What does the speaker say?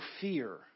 fear